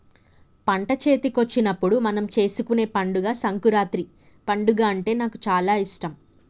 పంట చేతికొచ్చినప్పుడు మనం చేసుకునే పండుగ సంకురాత్రి పండుగ అంటే నాకు చాల ఇష్టం